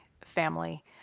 family